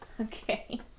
Okay